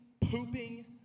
pooping